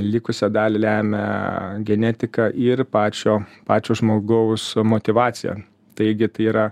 likusią dalį lemia genetika ir pačio pačio žmogaus motyvacija taigi tai yra